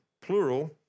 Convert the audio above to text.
plural